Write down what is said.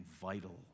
vital